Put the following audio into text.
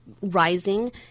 rising